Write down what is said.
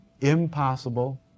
Impossible